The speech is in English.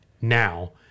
now